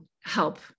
help